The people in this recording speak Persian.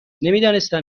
نمیدانستم